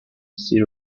sea